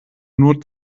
nur